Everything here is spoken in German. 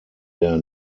der